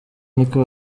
niko